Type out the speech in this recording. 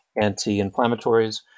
anti-inflammatories